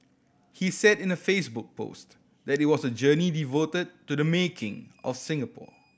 he said in a Facebook post that it was a journey devoted to the making of Singapore